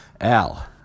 al